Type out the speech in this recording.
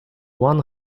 one